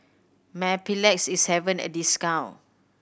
Mepilex is having a discount